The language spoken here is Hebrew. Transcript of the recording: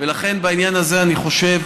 ולכן בעניין הזה אני חושב